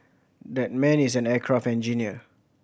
that man is an aircraft engineer